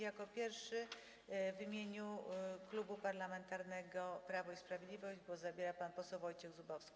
Jako pierwszy, w imieniu Klubu Parlamentarnego Prawo i Sprawiedliwość, głos zabiera pan poseł Wojciech Zubowski.